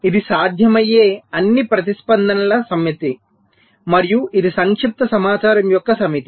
ఇది సాధ్యమయ్యే అన్ని ప్రతిస్పందనల సమితి మరియు ఇది సంక్షిప్త సమాచారం యొక్క సమితి